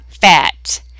Fat